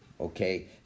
Okay